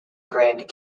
grand